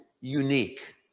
unique